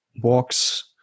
walks